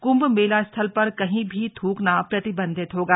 क्ंभ मेला स्थल पर कहीं भी थ्रकना प्रतिबंधित होगा